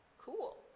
Cool